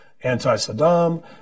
anti-Saddam